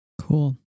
Cool